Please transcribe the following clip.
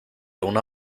una